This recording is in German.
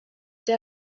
der